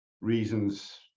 reasons